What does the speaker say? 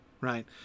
right